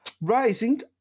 Rising